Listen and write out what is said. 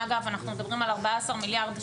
אנחנו מדברים על 14 מיליארד שקלים.